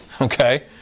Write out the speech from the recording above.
Okay